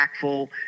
impactful